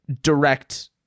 direct